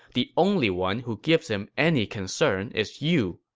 the only one who gives him any concern is you.